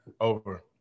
over